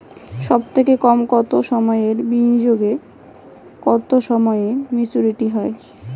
সবথেকে কম কতো সময়ের বিনিয়োগে কতো সময়ে মেচুরিটি হয়?